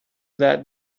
that